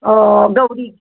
ओ Gauri